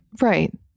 Right